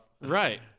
Right